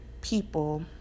people